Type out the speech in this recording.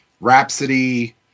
Rhapsody